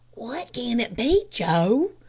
what can it be, joe?